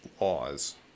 laws